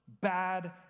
bad